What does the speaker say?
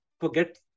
forget